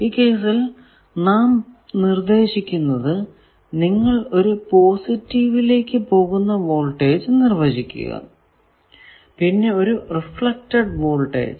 ഈ കേസിൽ നാം നിർദേശിക്കുന്നത് നിങ്ങൾ ഒരു പോസിറ്റീവിലേക്കു പോകുന്ന വോൾടേജ് നിർവചിക്കുക പിന്നെ ഒരു റിഫ്ലെക്ടഡ് വോൾടേജ്